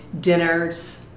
dinners